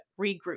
regroup